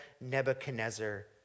Nebuchadnezzar